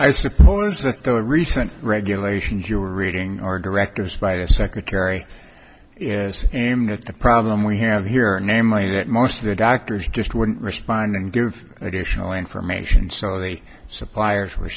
i suppose that the recent regulations you are reading are directors by a secretary am not a problem we have here namely that most of the doctors just wouldn't respond and give additional information so the suppliers were